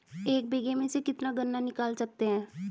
एक बीघे में से कितना गन्ना निकाल सकते हैं?